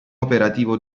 operativo